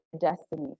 destiny